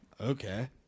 Okay